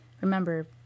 Remember